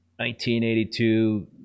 1982